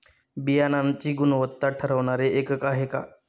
बियाणांची गुणवत्ता ठरवणारे एकक आहे का?